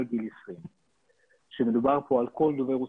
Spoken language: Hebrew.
גיל 20. כשמדובר פה על כל דוברי הרוסית,